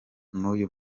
n’uyu